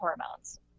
hormones